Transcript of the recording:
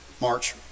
March